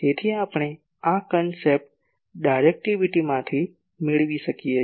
તેથી આપણે આ કન્સેપ્ટ ડાયરેક્ટિવિટીમાંથી મેળવી શકીએ છીએ